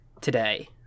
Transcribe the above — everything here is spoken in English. today